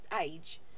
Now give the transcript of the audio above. age